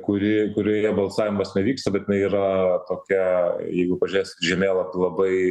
kuri kurioje balsavimas nevyksta bet jinai yra tokia jeigu pažiūrėsit žemėlapį labai